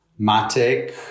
Matic